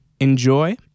enjoy